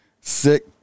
sick